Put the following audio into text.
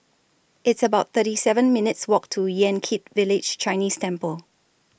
It's about thirty seven minutes' Walk to Yan Kit Village Chinese Temple